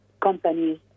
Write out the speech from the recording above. companies